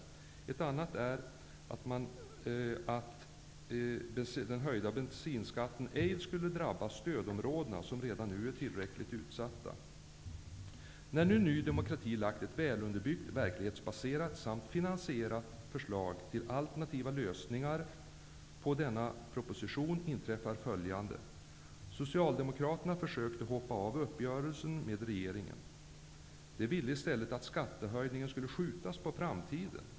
Ett annat förslag är att den höjda bensinskatten ej skall drabba stödområdena, som redan nu är tillräckligt utsatta. När nu Ny demokrati hade lagt fram ett välunderbyggt, verklighetsbaserat och finansierat förslag som alternativ till förslagen i denna proposition inträffade följande: Socialdemokraterna försökte hoppa av uppgörelsen med regeringen. De ville i stället att skattehöjningen skulle skjutas på framtiden.